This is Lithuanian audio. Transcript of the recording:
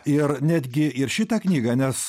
ir netgi ir šitą knygą nes